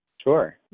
Sure